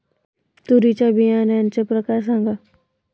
तूरीच्या बियाण्याचे प्रकार सांगा